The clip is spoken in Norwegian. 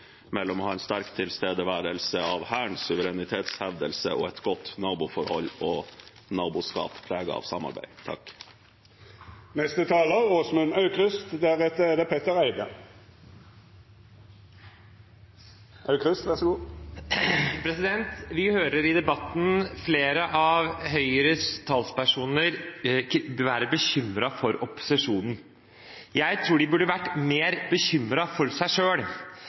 mellom å ha en sterk tilstedeværelse av Hærens suverenitetshevdelse og et godt naboforhold og naboskap preget av samarbeid. Vi hører i debatten flere av Høyres talspersoner være bekymret for opposisjonen. Jeg tror de burde vært mer bekymret for seg